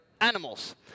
animals